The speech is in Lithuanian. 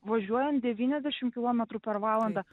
važiuojant devyniasdešim kilometrų per valandą